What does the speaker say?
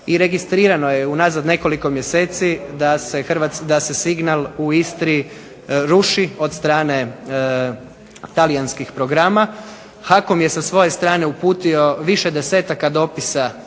i registrirano je unazad nekoliko mjeseci da se signal u Istri ruši od strane talijanskih programa. HAKOM je sa svoje strane uputio više desetaka dopisa